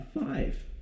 Five